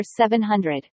700